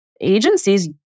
agencies